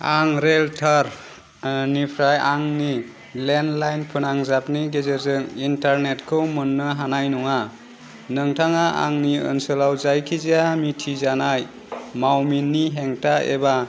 आं रेलथार निफ्राय आंनि लेन्डलाइन फोनांजाबनि गेजेरजों इन्टारनेट खौ मोननो हानाय नङा नोंथाङा आंनि ओनसोलाव जायखिजाया मिथिजानाय मावमिननि हेंथा एबा